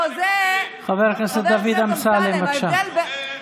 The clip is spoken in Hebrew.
חבר הכנסת דוד אמסלם, בבקשה.